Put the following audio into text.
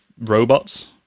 Robots